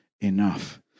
enough